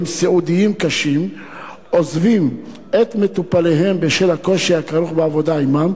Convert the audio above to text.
סיעודיים קשים עוזבים את מטופליהם בשל הקושי הכרוך בעבודה עמם,